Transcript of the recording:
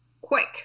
quick